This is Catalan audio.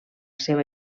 seva